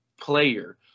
player